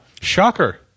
Shocker